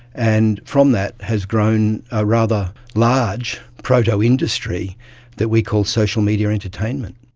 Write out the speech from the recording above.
and from that has grown a rather large proto-industry that we call social media entertainment.